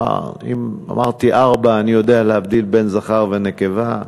אמרתי ארבע, אני יודע להבדיל בין זכר לנקבה,